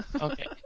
okay